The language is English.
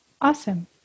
Awesome